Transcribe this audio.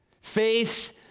Face